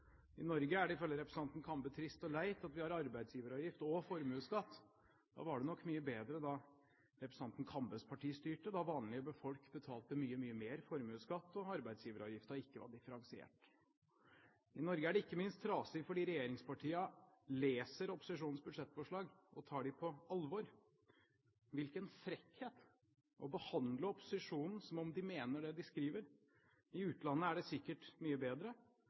I Norge er det, ifølge representanten Kambe, trist og leit at vi har arbeidsgiveravgift og formuesskatt. Det var nok mye bedre da representanten Kambes parti styrte, da vanlige folk betalte mye, mye mer i formuesskatt, og arbeidsgiveravgiften ikke var differensiert. I Norge er det ikke minst trasig fordi regjeringspartiene leser opposisjonens budsjettforslag og tar dem på alvor. Hvilken frekkhet å behandle opposisjonen som om den mener det den skriver! I utlandet er det sikkert mye bedre.